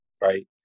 right